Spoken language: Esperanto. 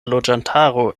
loĝantaro